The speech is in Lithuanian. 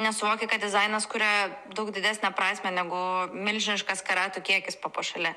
nes suvoki kad dizainas kuria daug didesnę prasmę negu milžiniškas karatų kiekis papuošale